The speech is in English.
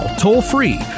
toll-free